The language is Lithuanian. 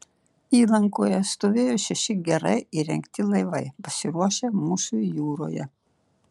įlankoje stovėjo šeši gerai įrengti laivai pasiruošę mūšiui jūroje